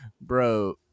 bro